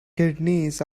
kidneys